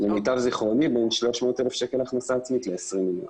למיטב זיכרוני בין 300,000 שקל הכנסה עצמית ל-20 מיליון.